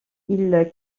ils